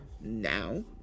Now